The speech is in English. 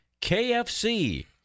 KFC